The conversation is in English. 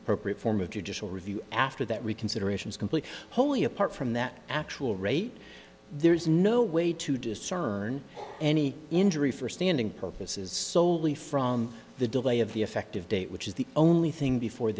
appropriate form of judicial review after that reconsiderations complete wholly apart from that actual rate there is no way to discern any injury for standing purposes solely from the delay of the effective date which is the only thing before